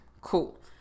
Cool